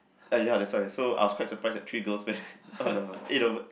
but ya that's why so I was quite surprised that three girls went on the